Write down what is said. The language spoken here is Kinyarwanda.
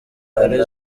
ari